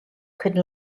could